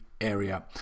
Area